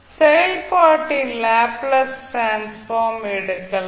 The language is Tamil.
செயல்பாட்டின் லேப்ளேஸ் டிரான்ஸ்ஃபார்ம் எடுக்கலாம்